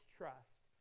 trust